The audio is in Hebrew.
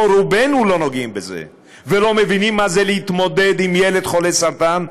או רובנו לא נוגעים בזה ולא מבינים מה זה להתמודד עם ילד חולה סרטן,